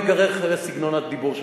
הרבה תלונות של